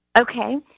Okay